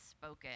spoken